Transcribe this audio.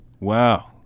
Wow